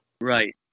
Right